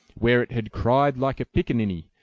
where it had cried like a picaninny,